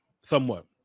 somewhat